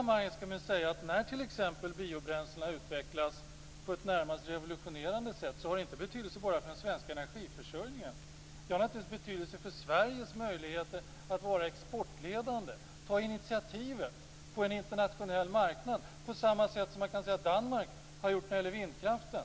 När t.ex. biobränslena har utvecklats på ett närmast revolutionerande sätt har det betydelse, inte bara för den svenska energiförsörjningen utan också för Sveriges möjligheter att vara exportledande, ta initiativet på en internationell marknad på samma sätt som Danmark har gjort när det gäller vindkraften.